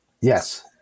Yes